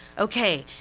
okay,